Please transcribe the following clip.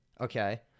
okay